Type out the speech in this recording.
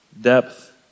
depth